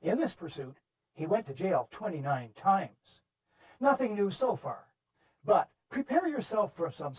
in this pursuit he went to jail twenty nine times nothing new so far but prepare yourself for some